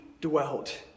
dwelt